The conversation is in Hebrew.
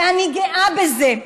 ואני גאה בזה.